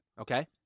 Okay